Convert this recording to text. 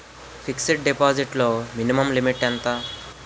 Fixed deposit లో minimum limit ఎంత?